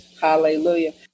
Hallelujah